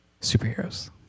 superheroes